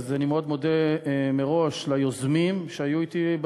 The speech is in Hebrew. אני מאוד מודה ליוזמים שהיו אתי: